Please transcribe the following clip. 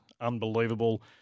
unbelievable